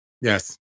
Yes